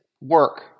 work